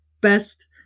Best